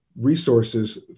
resources